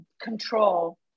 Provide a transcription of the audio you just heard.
control